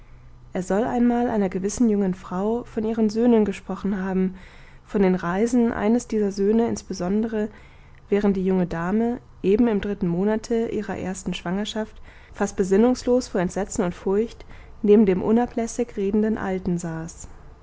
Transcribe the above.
er soll einmal einer gewissen jungen frau von ihren söhnen gesprochen haben von den reisen eines dieser söhne insbesondere während die junge dame eben im dritten monate ihrer ersten schwangerschaft fast besinnungslos vor entsetzen und furcht neben dem unablässig redenden alten saß